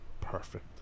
Perfect